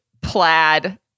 plaid